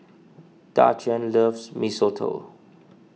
Daquan loves Mee Soto